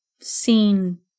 seen